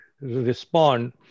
respond